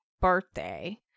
birthday